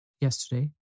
Yesterday